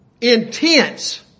intense